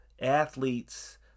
athletes